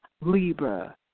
Libra